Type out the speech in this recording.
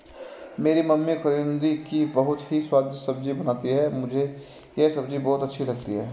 मेरी मम्मी करौंदे की बहुत ही स्वादिष्ट सब्जी बनाती हैं मुझे यह सब्जी बहुत अच्छी लगती है